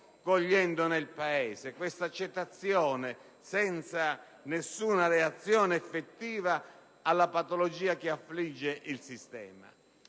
cogliendo nel Paese: un'accettazione, senza alcuna reazione effettiva, della patologia che affligge il sistema;